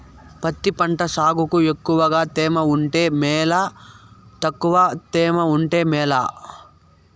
పత్తి పంట సాగుకు ఎక్కువగా తేమ ఉంటే మేలా తక్కువ తేమ ఉంటే మేలా?